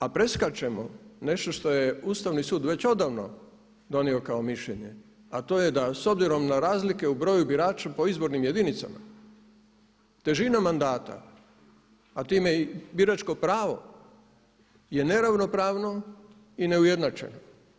A preskačemo nešto što je Ustavni sud već odavno donio kao mišljenje, a to je da s obzirom na razlike u broju birača po izbornim jedinicama težina mandata, a time i biračko pravo je neravnopravno i neujednačeno.